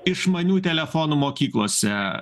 išmanių telefonų mokyklose